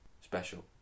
special